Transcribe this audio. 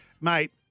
Mate